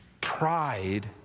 pride